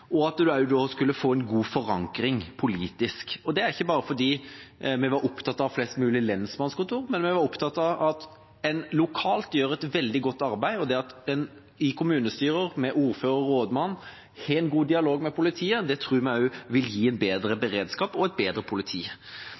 og at en skulle få en god forankring politisk. Det var ikke bare fordi vi var opptatt av flest mulige lensmannskontor, vi var opptatt av at en lokalt gjør et veldig godt arbeid. Det at en i kommunestyrene, med ordfører og rådmann, har en god dialog med politiet, tror vi også vil gi en bedre beredskap og et bedre politi.